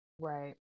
Right